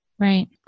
Right